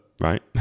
right